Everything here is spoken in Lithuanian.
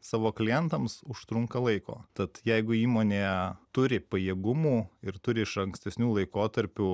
savo klientams užtrunka laiko tad jeigu įmonė turi pajėgumų ir turi iš ankstesnių laikotarpių